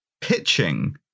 pitching